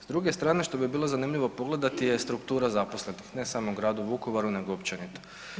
S druge strane što bi bilo zanimljivo pogledati je struktura zaposlenih ne samo u gradu Vukovaru, nego općenito.